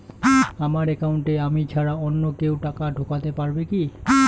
আমার একাউন্টে আমি ছাড়া অন্য কেউ টাকা ঢোকাতে পারবে কি?